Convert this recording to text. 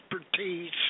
expertise